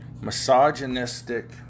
Misogynistic